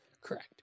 Correct